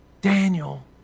Daniel